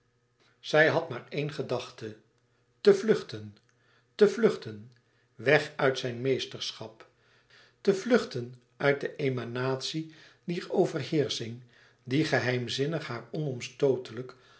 zij had maar éene gedachte te vluchten te vluchten weg uit zijn meesterschap te vluchten uit de emanatie dier overheersching die geheimzinnig maar onomstootelijk